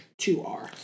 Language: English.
2R